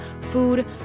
food